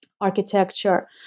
architecture